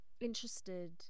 interested